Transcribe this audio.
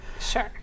Sure